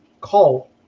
call